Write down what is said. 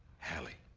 hallie.